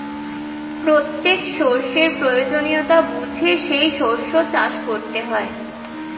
প্রত্যেক শস্যের প্রয়োজনীয়তা বুঝে সেই শস্য চাষ করতে হয়